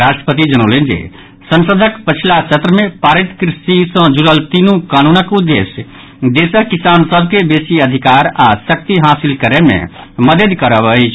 राष्ट्रपति जनौलनि जे संसदक पछिला सत्र मे पारित कृषि सँ जुड़ल तीनू कानूनक उद्देश्य देशक किसान सभ के बेसी अधिकार आओर शक्ति हासिल करय मे मददि करब अछि